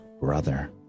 Brother